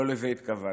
לא לזה התכוונו.